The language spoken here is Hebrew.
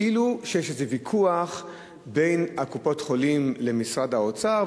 כאילו יש איזה ויכוח בין קופות-החולים למשרד האוצר,